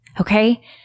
Okay